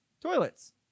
toilets